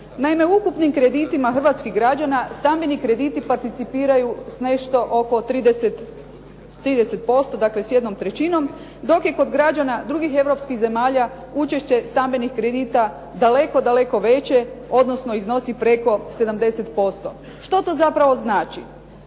Naime, ukupnim kreditima hrvatskih građana, stambeni krediti participiraju s nešto oko 30%, dakle s 1/3, dok je kod građana drugih europskih zemalja učešće stambenih kredita daleko, daleko veće, odnosno iznosi preko 70%. Što to zapravo znači?